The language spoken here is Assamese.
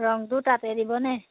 ৰঙটো তাতে দিবনে